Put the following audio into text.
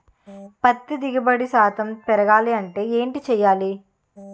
పత్తి దిగుబడి శాతం పెరగాలంటే ఏంటి చేయాలి?